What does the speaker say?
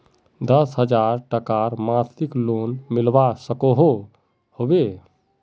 दस हजार टकार मासिक लोन मिलवा सकोहो होबे?